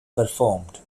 performed